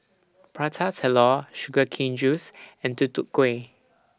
Prata Telur Sugar Cane Juice and Tutu Kueh